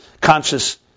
conscious